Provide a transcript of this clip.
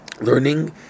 Learning